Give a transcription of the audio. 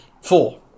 Four